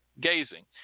gazing